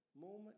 moment